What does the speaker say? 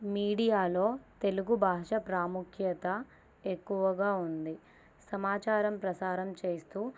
మీడియాలో తెలుగు భాష ప్రాముఖ్యత ఎక్కువగా ఉంది సమాచారం ప్రసారం చేస్తు